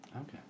Okay